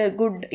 good